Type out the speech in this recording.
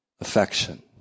affection